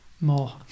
more